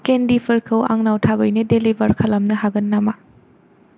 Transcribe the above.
केन्दिफोरखौ आंनाव थाबैनो डेलिबार खालामनो हागोन नामा